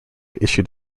issued